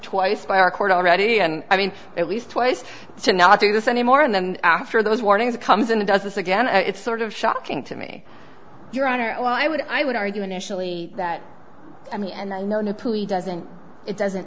twice by our court already and i mean it we've twice to not do this anymore and then after those warnings comes in it does this again it's sort of shocking to me your honor or i would i would argue initially that i mean and doesn't it doesn't